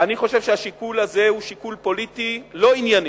אני חושב שהשיקול הזה הוא שיקול פוליטי לא ענייני.